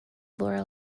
laura